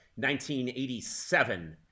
1987